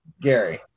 Gary